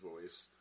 voice